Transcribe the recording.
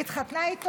היא התחתנה איתו.